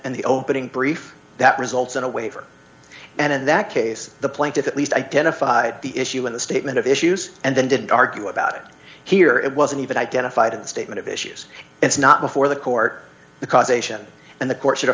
and the opening brief that results in a waiver and in that case the plaintiff at least identified the issue in the statement of issues and then didn't argue about it here it wasn't even identified in the statement of issues it's not before the court the causation and the cour